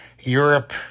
Europe